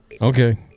Okay